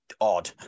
odd